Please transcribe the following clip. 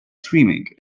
screaming